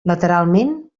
lateralment